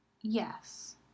Yes